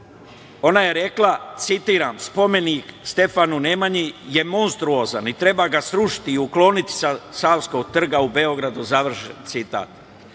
Ona je rekla, citiram – spomenik Stefanu Nemanji je monstruozan i treba ga srušiti i ukloniti sa Savskog trga u Beogradu, završen